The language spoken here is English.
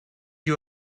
you